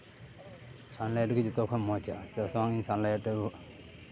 sunlight ᱜᱮ ᱡᱚᱛᱠᱷᱚᱱ ᱢᱚᱡᱟ ᱪᱮᱫᱟᱜ ᱥᱮ ᱵᱟᱝ ᱥᱟᱱᱞᱟᱭᱤᱴ ᱫᱚ